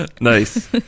Nice